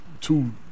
two